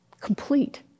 complete